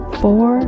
four